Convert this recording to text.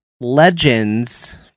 legends